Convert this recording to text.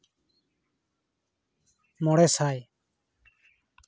ᱢᱚᱬᱮ ᱥᱟᱭ